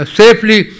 safely